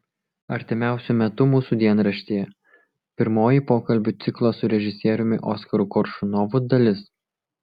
artimiausiu metu mūsų dienraštyje pirmoji pokalbių ciklo su režisieriumi oskaru koršunovu dalis